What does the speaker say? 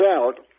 out